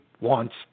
wants